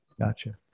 Gotcha